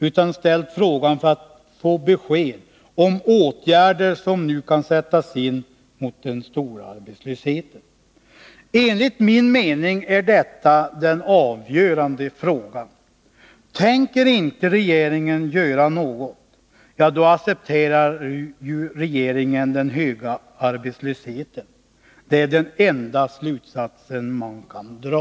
Jag har ställt den för att få besked om åtgärder som nu kan sättas in mot den stora arbetslösheten. Enligt min mening är detta en avgörande fråga. Tänker inte regeringen göra något, då accepterar regeringen den höga arbetslösheten. Det är den enda slutsatsen man kan dra.